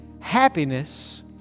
Happiness